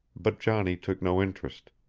but johnny took no interest.